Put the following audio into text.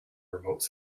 remote